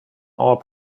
all